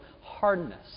hardness